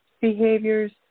behaviors